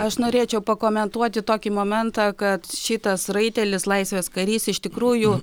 aš norėčiau pakomentuoti tokį momentą kad šitas raitelis laisvės karys iš tikrųjų